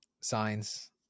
signs